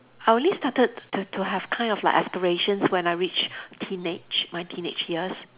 I only started to to have kind of like aspirations when I reached teenage my teenage years